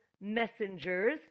messengers